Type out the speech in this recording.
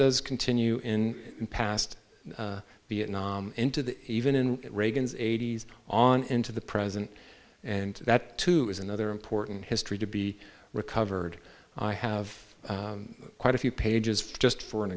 does continue in past vietnam into the even in reagan's eighty's on into the present and that too is another important history to be recovered i have quite a few pages just for an